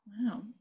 Wow